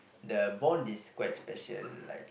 the bond is quite special like